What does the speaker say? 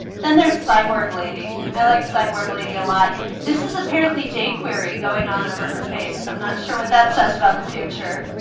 then there's cyborg lady i like cyborg lady a lot this is apparently jquery going on over her face so i'm not sure what that says about the future